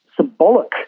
symbolic